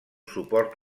suport